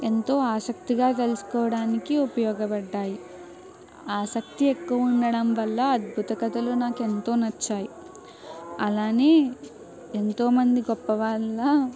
ఎంతో ఆసక్తిగా తెలుసుకోవడానికి ఉపయోగపడ్డాయి ఆసక్తి ఎక్కువ ఉండడం వల్ల అద్భుత కథలు నాకు ఎంతో నచ్చాయి అలానే ఎంతోమంది గొప్పవాళ్ళ